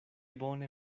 bone